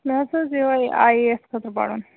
مےٚ حظ اوس یِہےَ آئی اے ایس خٲطرٕ پَرُن